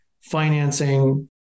financing